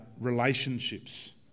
relationships